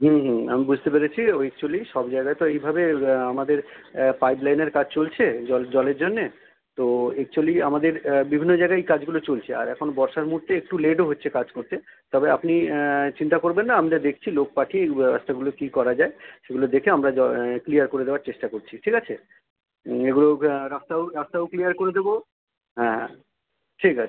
হুম হুম আমি বুঝতে পেরেছি ও একচুয়ালি সব জায়গায় তো এইভাবে আমাদের পাইপ লাইনের কাজ চলছে জ জলের জন্যে তো একচুয়েলি আমাদের বিভিন্ন জায়গায় এই কাজগুলো চলছে আর এখন বর্ষার মুহুর্তে একটু লেটও হচ্ছে কাজ করতে তবে আপনি চিন্তা করবেন না আমরা দেখছি লোক পাঠিয়ে এই রাস্তাগুলো কী করা যায় সেগুলো দেখে আমরা ক্লিয়ার করে দেওয়ার চেষ্টা করছি ঠিক আছে এগুলো রাস্তাও রাস্তাও ক্লিয়ার করে দেবো হ্যাঁ ঠিক আছে